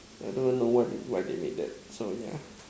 I don't even know why why they make that so yeah